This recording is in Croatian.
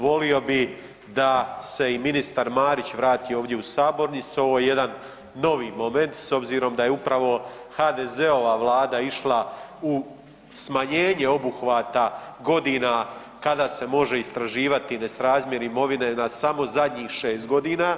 Volio bih da se i ministar Marić vrati ovdje u sabornicu, ovo je jedan novi moment, s obzirom da je upravo HDZ-ova Vlada išla u smanjenje obuhvata godina kada se može istraživati nesrazmjer imovine na samo zadnjih 6 godina.